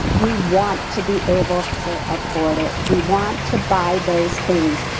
we want to be able to afford it. we want to buy those things.